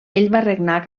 regnar